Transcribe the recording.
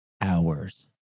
hours